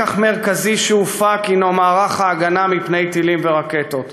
לקח מרכזי שהופק הנו מערך ההגנה מפני טילים ורקטות,